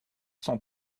cent